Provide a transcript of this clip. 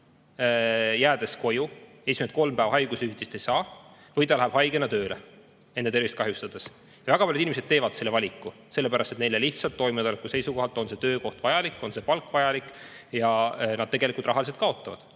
jäädes koju ja esimesed kolm päeva haigushüvitist ei saa, või ta läheb haigena tööle, enda tervist kahjustades. Väga paljud inimesed teevad selle valiku sellepärast, et neile lihtsalt toimetuleku seisukohalt on see töökoht vajalik, on see palk vajalik. Nad muidu rahaliselt kaotavad.